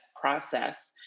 process